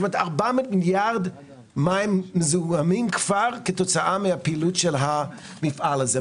כלומר 400 מיליארד מים מזוהמים כתוצאה מהפעילות של המפעל הזה.